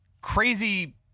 crazy